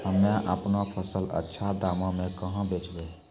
हम्मे आपनौ फसल अच्छा दामों मे कहाँ बेचबै?